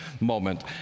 moment